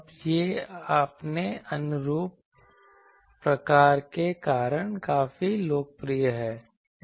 अब यह अपने अनुरूप प्रकार के कारण काफी लोकप्रिय है